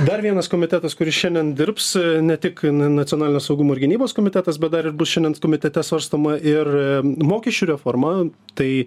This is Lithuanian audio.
dar vienas komitetas kuris šiandien dirbs ne tik nacionalinio saugumo ir gynybos komitetas bet dar ir bus šiandien komitete svarstoma ir mokesčių reforma tai